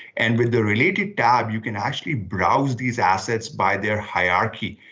and with the related tab, you can actually browse these assets by their hierarchy.